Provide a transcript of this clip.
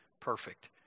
perfect